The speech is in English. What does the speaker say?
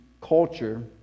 culture